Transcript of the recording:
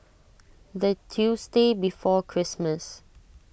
the tuesday before Christmas